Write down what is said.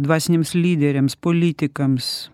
dvasiniams lyderiams politikams